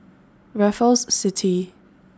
Raffles City